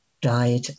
died